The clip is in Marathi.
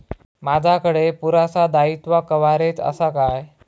माजाकडे पुरासा दाईत्वा कव्हारेज असा काय?